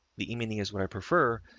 the mini is what i prefer,